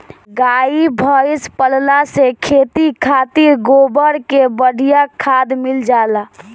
गाई भइस पलला से खेती खातिर गोबर के बढ़िया खाद मिल जाला